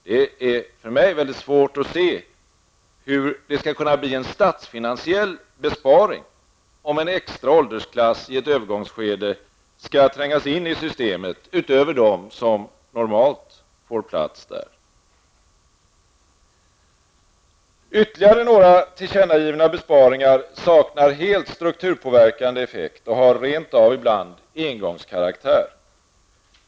Det är för mig väldigt svårt att se hur det skall kunna bli en statsfinansiell besparing, om en extra åldersklass i ett övergångsskede skall trängas in i systemet utöver dem som normalt får plats där. Ytterligare några tillkännagivna besparingar saknar helt strukturpåverkande effekt och har rent av ibland engångskaraktär.